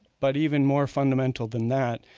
but even more fundamental than that,